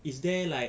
is there like